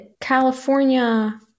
California